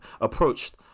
approached